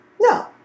no